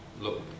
look